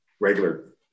regular